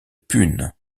pune